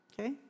Okay